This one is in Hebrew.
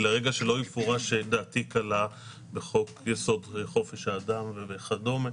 שלא יפורש לרגע שדעתי קלה בחוק-יסוד: כבוד האדם וחירותו.